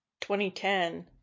2010